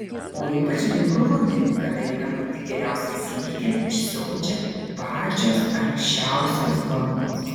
o ypač bjauru rudenį kada eina pati geriausia silkė ir siaučia pačios aršiausios bangos